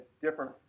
different